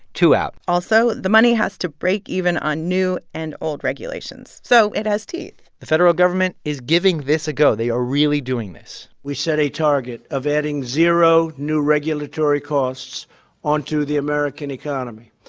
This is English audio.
two out also, the money has to break even on new and old regulations, so it has teeth the federal government is giving this a go. they are really doing this we set a target of adding zero new regulatory costs onto the american economy.